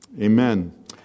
Amen